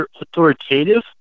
authoritative